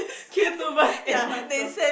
kill two birds in one stone